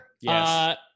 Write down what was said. Yes